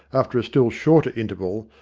after a still shorter interval,